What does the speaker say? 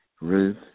Ruth